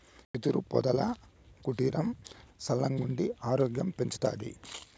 యెదురు పొదల కుటీరం సల్లగుండి ఆరోగ్యం పెంచతాది